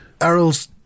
Errol's